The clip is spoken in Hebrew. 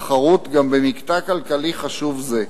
תחרות גם במקטע כלכלי חשוב זה.